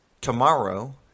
tomorrow